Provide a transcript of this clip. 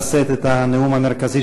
מהר-הזיתים.